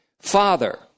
Father